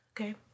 Okay